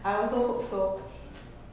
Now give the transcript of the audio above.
I also hope so